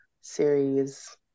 series